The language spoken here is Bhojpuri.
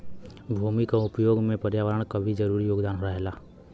भूमि क उपयोग में पर्यावरण क भी जरूरी योगदान रहेला